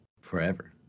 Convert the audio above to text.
forever